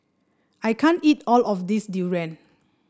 I can't eat all of this durian